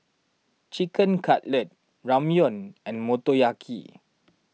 Chicken Cutlet Ramyeon and Motoyaki